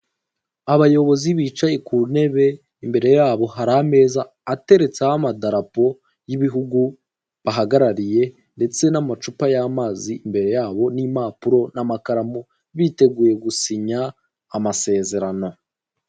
Abayobozi bicaye ku ntebe imbere yabo hari ameza ateretseho amadarapo y'ibihugu bahagarariye ndetse n'amacupa y'amazi imbere yabo n'impapuro n'amakaramu biteguye gusinya amasezerano.